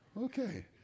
Okay